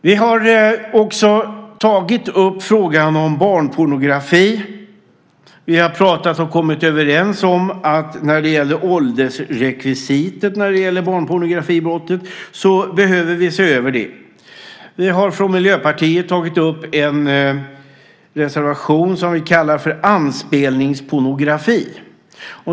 Vi har också tagit upp frågan om barnpornografi. Vi har pratat och kommit överens om att åldersrekvisitet när det gäller barnpornografibrottet behöver ses över. Vi har från Miljöpartiet i en reservation tagit upp det vi kallar för anspelningspornografi.